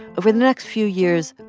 over the next few years,